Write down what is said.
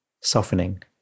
Softening